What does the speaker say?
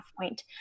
point